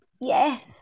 yes